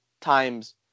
times